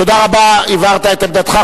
תודה רבה, הבהרת את עמדתך.